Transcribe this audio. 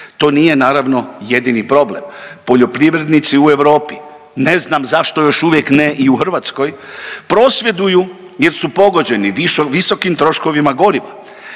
To nije naravno jedini problem, poljoprivrednici u Europi ne znam zašto još uvijek ne i u Hrvatskoj prosvjeduju jer su pogođeni visokim troškovima goriva,